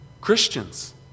Christians